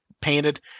painted